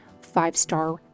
five-star